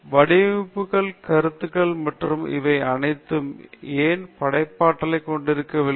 வடிவமைப்புகள் கருத்துகள் மற்றும் இவை அனைத்தும் ஏன் படைப்பாற்றலைக் கொண்டிருக்கவில்லை